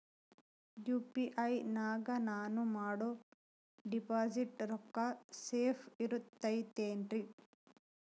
UPI ನಾಗ ನಾನು ಮಾಡೋ ಡಿಪಾಸಿಟ್ ರೊಕ್ಕ ಸೇಫ್ ಇರುತೈತೇನ್ರಿ?